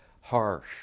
harsh